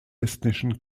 estnischen